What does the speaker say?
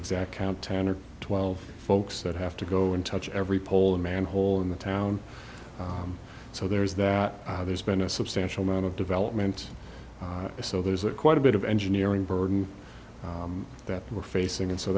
exact count ten or twelve folks that have to go in touch every poll a manhole in the town so there is that there's been a substantial amount of development so there's that quite a bit of engineering burden that we're facing and so